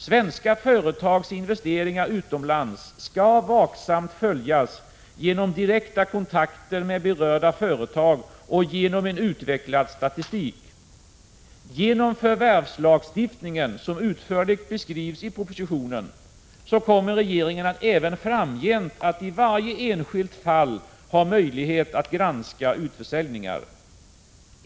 Svenska företags investeringar utomlands skall vaksamt följas genom direkta kontakter med berörda företag och genom en utvecklad statistik. Genom förvärvslagstiftningen, som utförligt beskrivs i propositionen, kommer regeringen även framgent att i varje enskilt fall ha möjlighet att granska utförsäljningar.